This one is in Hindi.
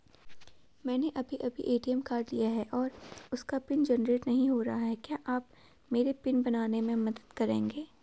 मैंने अभी ए.टी.एम कार्ड लिया है और उसका पिन जेनरेट नहीं हो रहा है क्या आप मेरा पिन बनाने में मदद करेंगे?